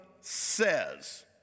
says